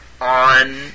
on